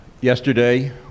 Yesterday